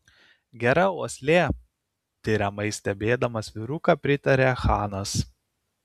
gera uoslė tiriamai stebėdamas vyruką pritarė chanas